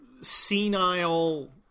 senile